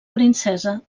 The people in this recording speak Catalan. princesa